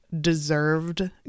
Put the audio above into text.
deserved